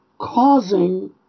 causing